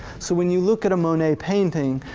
so when you look at a monet painting,